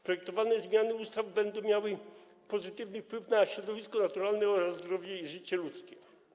Projektowane zmiany ustaw będą miały pozytywny wpływ na środowisko naturalne oraz zdrowie i życie ludzkie.